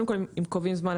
קובעים זמן,